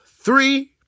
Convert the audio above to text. three